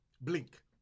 Blink